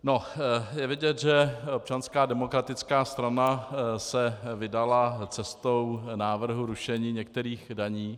Je vidět, že Občanská demokratická strana se vydala cestou návrhu rušení některých daní.